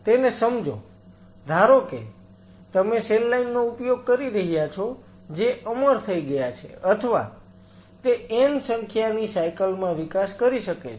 તેને સમજો ધારો કે તમે સેલ લાઈન નો ઉપયોગ કરી રહ્યા છો જે અમર થઈ ગયા છે અથવા તે n સંખ્યાની સાયકલ માં વિકાસ કરી શકે છે